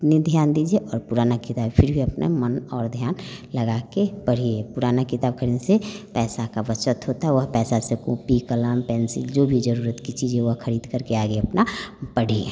नहीं ध्यान दीजिए और पुरानी किताब फिर भी अपने मन और ध्यान लगाकर पढ़िए पुरानी किताब ख़रीद से पैसे की बचत होती है वह पैसे से कूपी क़लम पेंसिल जो भी ज़रूरत की चीज़ें वह ख़रीद करके आगे अपना पढ़िए